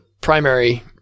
primary